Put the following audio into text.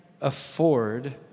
afford